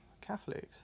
Catholics